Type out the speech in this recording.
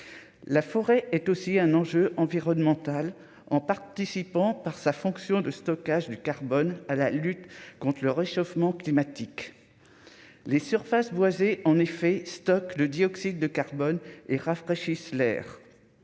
la forêt est aussi un enjeu environnemental en participant par sa fonction de stockage du carbone à la lutte contre le réchauffement climatique, les surfaces boisées en effet stockent le dioxyde de carbone et rafraîchissent l'air